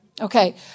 Okay